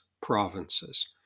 provinces